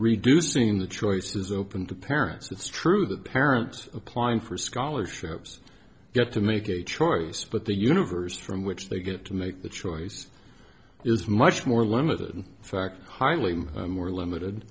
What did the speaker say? reducing the choices open to parents it's true that parents applying for scholarships get to make a choice but the universe from which they get to make that choice is much more limited in fact hardly more limited